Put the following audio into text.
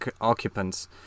occupants